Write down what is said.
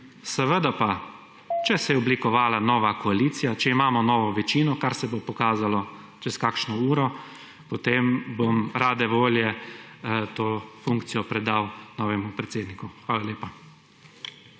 seveda pa, če se je oblikovala nova koalicija, če imamo novo večino, kar se bo pokazalo čez kakšno uro, potem bom rade volje to funkcijo predlagal novemu predsedniku. Hvala lepa.